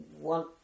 one